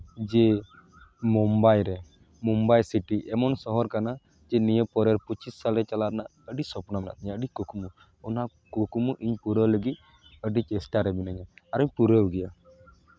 ᱡᱮ ᱢᱩᱢᱵᱟᱭ ᱨᱮ ᱢᱳᱢᱵᱟᱭ ᱥᱤᱴᱤ ᱮᱢᱚᱱ ᱥᱚᱦᱚᱨ ᱠᱟᱱᱟ ᱡᱮ ᱱᱤᱭᱟᱹ ᱯᱚᱨᱮ ᱯᱚᱸᱪᱤᱥ ᱥᱟᱞᱮ ᱪᱟᱞᱟᱜ ᱨᱮᱱᱟᱜ ᱟᱹᱰᱤ ᱥᱚᱯᱱᱚ ᱢᱮᱱᱟᱜ ᱛᱤᱧᱟᱹ ᱟᱹᱰᱤ ᱠᱩᱠᱢᱩ ᱚᱱᱟ ᱠᱩᱠᱢᱩ ᱤᱧ ᱯᱩᱨᱟᱹᱣ ᱞᱟᱹᱜᱤᱫ ᱟᱹᱰᱤ ᱪᱮᱥᱴᱟᱨᱮ ᱢᱤᱱᱟᱹᱧᱟ ᱟᱨᱤᱧ ᱯᱩᱨᱟᱹᱣ ᱜᱮᱭᱟ